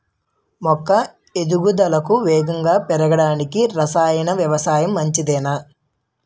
మొక్క ఎదుగుదలకు వేగంగా పెరగడానికి, రసాయన వ్యవసాయం మంచిదేనా?